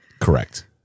Correct